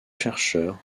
chercheur